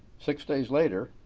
six days later,